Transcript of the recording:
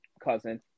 cousin